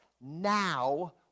now